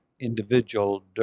Individual